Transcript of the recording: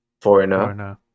Foreigner